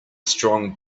strong